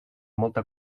molta